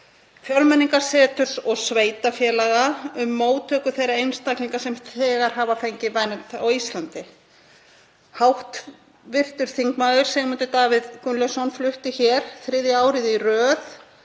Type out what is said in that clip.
Fjölmenningarseturs og sveitarfélaga um móttöku þeirra einstaklinga sem þegar hafa fengið vernd á Íslandi. Hv. þm. Sigmundur Davíð Gunnlaugsson flutti hér þriðja árið í röð